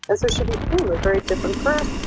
and so she became a very different person.